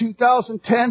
2010